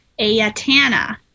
Ayatana